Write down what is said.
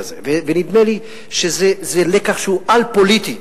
נדמה לי שזה לקח שהוא אל-פוליטי,